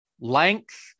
length